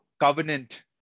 covenant